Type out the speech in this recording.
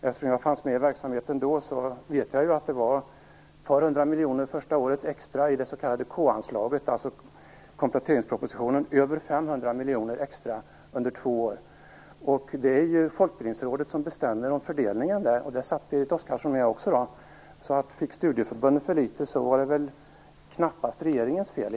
Eftersom jag fanns med i verksamheten då vet jag ju att det var ett par hundra miljoner det första året extra i det s.k. K-anslaget i kompletteringspropositionen och över 500 miljoner extra under två år. Det är ju Folkbildningsrådet som bestämmer om fördelningen där. Där satt Berit Oscarsson med också, så fick studieförbunden för litet var det väl egentligen knappast regeringens fel.